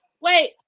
Wait